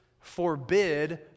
forbid